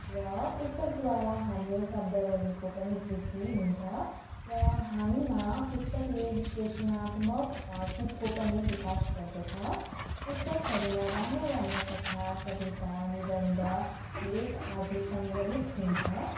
र पुस्तकद्वारा हाम्रो शब्दावलीको पनि वृद्धि हुन्छ र हामीमा पुस्तकले विश्लेणात्मक सिपको पनि विकास गर्दछ पुस्तकहरूमा राम्रा राम्रा कथा कविता निबन्ध लेख आदि सङ्ग्रहित हुन्छ